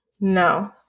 No